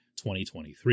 2023